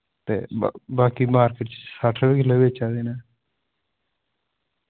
ते ब बाकी मार्किट च सट्ठ रपे किल्लो बेचा दे नै